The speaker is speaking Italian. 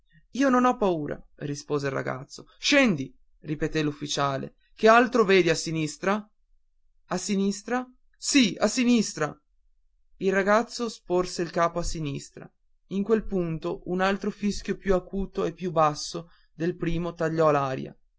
io non ho paura rispose il ragazzo scendi ripeté l'ufficiale che altro vedi a sinistra a sinistra sì a sinistra il ragazzo sporse il capo a sinistra in quel punto un altro fischio più acuto e più basso del primo tagliò l'aria